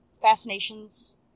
fascinations